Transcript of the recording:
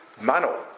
mano